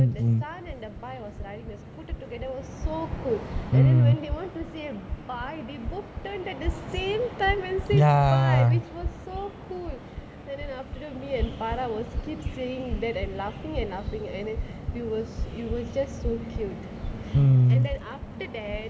the sun and the bai were riding the scooter together it was so cool and then when they want to say bye they both turned at the same time and said bye it was so cool and then after that me and farah were still sitting there and laughing and laughing and it was it was just so cute and then after that